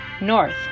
north